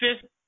fifth